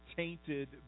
tainted